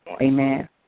Amen